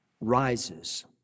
rises